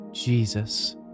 Jesus